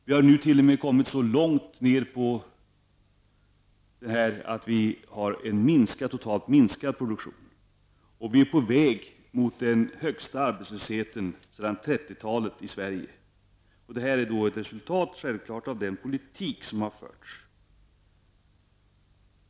Det har t.o.m. gått så långt att vi nu har en totalt sett minskad produktion. Och vi är i Sverige på väg mot den högsta arbetslösheten sedan 30-talet. Detta är självfallet ett resultat av den politik som har förts.